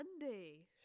Monday